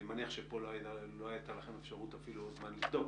אני מניח שפה לא הייתה לכם אפשרות אפילו או זמן לבדוק.